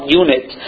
unit